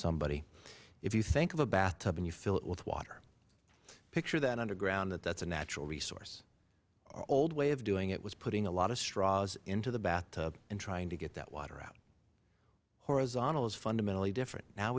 somebody if you think of a bathtub and you fill it with water picture that underground that that's a natural resource an old way of doing it was putting a lot of straws into the bathtub and trying to get that water out horizontal is fundamentally different now